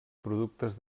productes